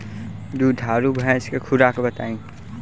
दुधारू भैंस के खुराक बताई?